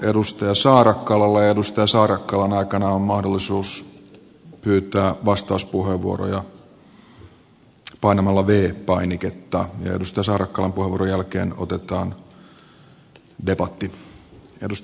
edustaja saarakkalan puheenvuoron aikana on mahdollisuus pyytää vastauspuheenvuoroja painamalla v painiketta ja edustaja saarakkalan puheenvuoron jälkeen otetaan debatti